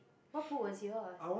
what book was yours